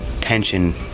tension